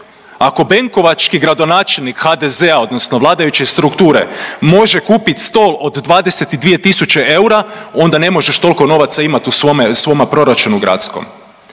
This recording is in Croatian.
ako Benkovački gradonačelnik HDZ-a odnosno vladajuće strukture može kupiti 100 od 22 tisuće eura onda ne možeš toliko novaca imati u svome, svom proračunu gradskom